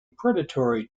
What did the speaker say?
predatory